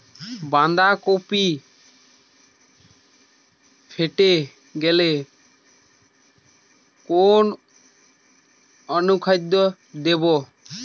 বাঁধাকপি ফেটে গেলে কোন অনুখাদ্য দেবো?